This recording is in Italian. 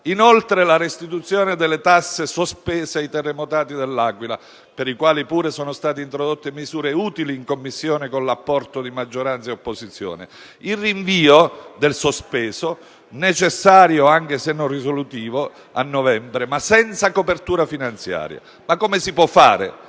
ricordo la restituzione delle tasse sospese ai terremotati dell'Aquila (per i quali, pure, sono state introdotte misure utili in Commissione, con l'apporto di maggioranza e opposizione). Il rinvio a novembre del sospeso, necessario anche se non risolutivo, ma senza copertura finanziaria: come si può fare?